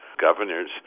Governors